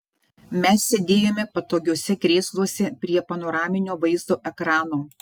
mes sėdėjome patogiuose krėsluose prie panoraminio vaizdo ekrano